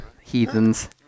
heathens